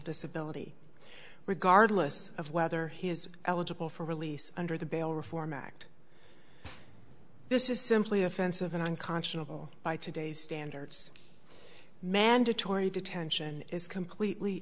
disability regardless of whether he is eligible for release under the bail reform act this is simply offensive unconscionable by today's standards mandatory detention is completely